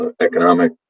economic